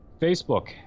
Facebook